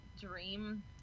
dream